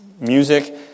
music